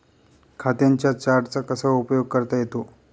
खात्यांच्या चार्टचा कसा उपयोग करता येतो?